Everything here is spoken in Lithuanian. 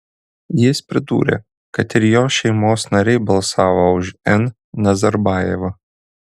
jis pridūrė kad ir jo šeimos nariai balsavo už n nazarbajevą